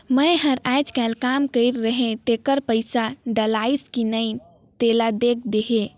मै हर अईचकायल काम कइर रहें तेकर पइसा डलाईस कि नहीं तेला देख देहे?